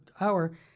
hour